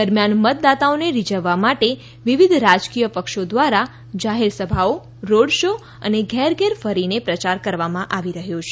દરમિયાન મતદાતાઓને રીઝવવા માટે વિવિધ રાજકીય પક્ષો દ્વારા જાહેરસભાઓ રોડ શો અને ઘેરઘેર ફરીને પ્રચાર કરવામાં આવી રહ્યો છે